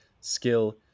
skill